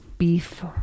beef